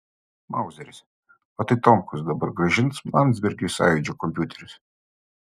mauzeris o tai tomkus dabar grąžins landsbergiui sąjūdžio kompiuterius